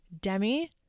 Demi